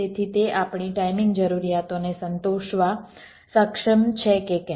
તેથી તે આપણી ટાઇમિંગ જરૂરિયાતોને સંતોષવા સક્ષમ છે કે કેમ